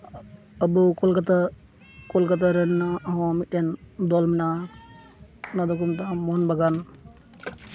ᱟᱹᱵᱩ ᱠᱳᱞᱠᱟᱛᱟ ᱠᱳᱞᱠᱟᱛᱟ ᱨᱮᱱᱟᱜ ᱦᱚᱸ ᱢᱤᱫᱴᱮᱱ ᱫᱚᱞ ᱢᱮᱱᱟᱜᱼᱟ ᱚᱱᱟ ᱫᱚᱠᱚ ᱢᱮᱛᱟᱜᱼᱟ ᱢᱳᱦᱚᱱ ᱵᱟᱜᱟᱱ